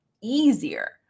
easier